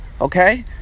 okay